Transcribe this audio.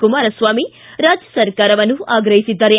ಕುಮಾರಸ್ವಾಮಿ ರಾಜ್ಯ ಸರ್ಕಾರವನ್ನು ಆಗ್ರಹಿಸಿದ್ದಾರೆ